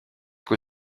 kui